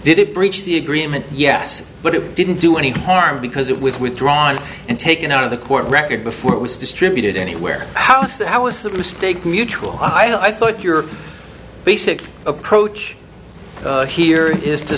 did it breach the agreement yes but it didn't do any harm because it with withdrawn and taken out of the court record before it was distributed anywhere how how is that mistake mutual i thought your basic approach here is to